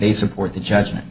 they support the judgment